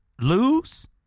lose